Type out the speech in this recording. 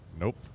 Nope